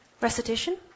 Recitation